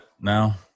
now